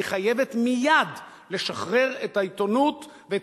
היא חייבת מייד לשחרר את העיתונות ואת